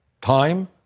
time